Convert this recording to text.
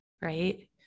right